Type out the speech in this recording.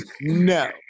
No